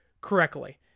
correctly